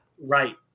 Right